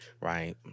Right